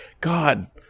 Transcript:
God